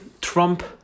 Trump